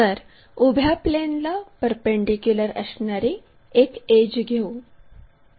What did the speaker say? तर उभ्या प्लेनला परपेंडीक्युलर असणारी एक एड्ज घेऊ